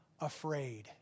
afraid